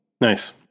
Nice